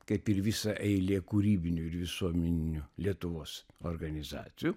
kaip ir visa eilė kūrybinių ir visuomeninių lietuvos organizacijų